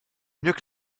mieux